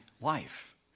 life